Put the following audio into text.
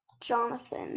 Jonathan